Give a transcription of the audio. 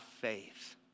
faith